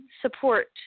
support